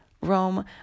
Rome